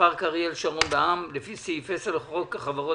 פארק אריאל שרון בע"מ לפי סעיף 10 לחוק החברות